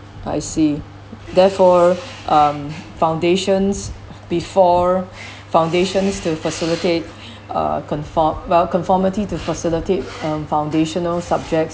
I see therefore um foundations before foundations to facilitate uh conform~ uh conformity to facilitate um foundational subject